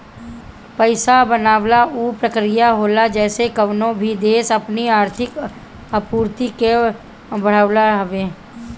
पईसा बनावल उ प्रक्रिया होला जेसे कवनो भी देस अपनी आर्थिक आपूर्ति के बढ़ावत हवे